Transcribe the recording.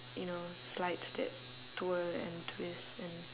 you know slides that twirl and twist and